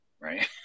right